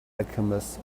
alchemist